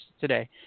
today